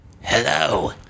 Hello